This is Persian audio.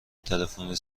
تلفنی